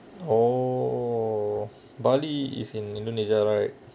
oh bali is in indonesia right